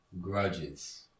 grudges